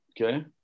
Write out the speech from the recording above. Okay